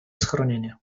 schronienie